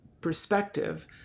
perspective